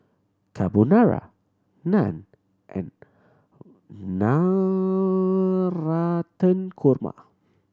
Carbonara Naan and Navratan Korma